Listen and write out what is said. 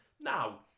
Now